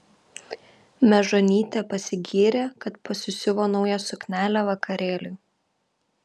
mežonytė pasigyrė kad pasisiuvo naują suknelę vakarėliui